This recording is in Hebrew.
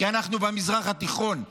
כי אנחנו במזרח התיכון.